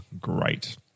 Great